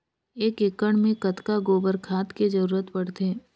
एक एकड़ मे कतका गोबर खाद के जरूरत पड़थे?